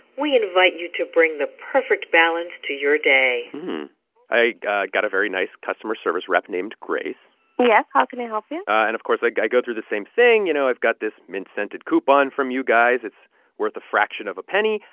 we invite you to bring the perfect balance to your day i got got a very nice customer service rep named grace yes. how can i help you? and, of course, like i go through the same thing. you know, i've got this mint-scented coupon from you guys. it's worth a fraction of a penny.